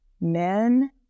men